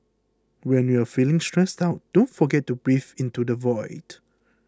when you are feeling stressed out don't forget to breathe into the void